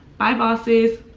bye bosses.